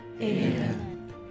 Amen